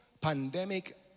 pandemic